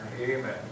Amen